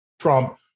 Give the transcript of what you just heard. Trump